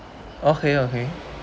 okay okay